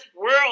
world